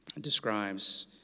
describes